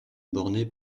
bornées